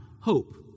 hope